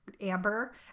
Amber